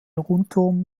rundturm